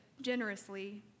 generously